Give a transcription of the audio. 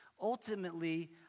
Ultimately